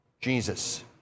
Jesus